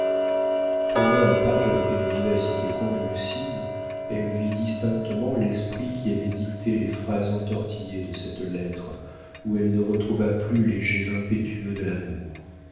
tournant la page avec une vivacité convulsive elle vit distinctement l'esprit qui avait dicté les phrases entortillées de cette lettre où elle ne retrouva plus les jets impétueux de l'amour